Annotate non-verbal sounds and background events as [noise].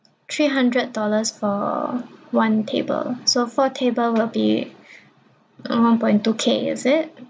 three hundred dollars for one table so four table will be [breath] a one point two K is it